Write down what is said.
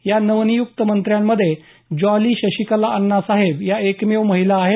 या नवनियुक्त मंत्र्यांमध्ये जॉली शशिकला अण्णासाहेब या एकमेव महिला आहेत